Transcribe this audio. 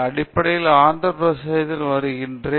அடிப்படையில் ஆந்திர பிரதேசத்தில் இருந்து வருகிறேன்